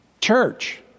Church